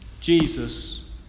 Jesus